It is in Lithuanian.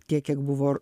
tiek kiek buvo r